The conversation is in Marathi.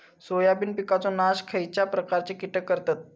सोयाबीन पिकांचो नाश खयच्या प्रकारचे कीटक करतत?